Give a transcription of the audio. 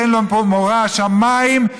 אין לו מורא שמיים,